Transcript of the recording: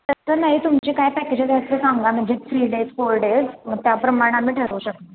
तसं नाही तुमची काय पॅकेजेस आहेत ते सांगा म्हणजे थ्री डेज फोर डेज त्याप्रमाणे आम्ही ठरवू शकू